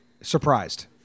Surprised